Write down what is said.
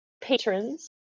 patrons